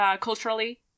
culturally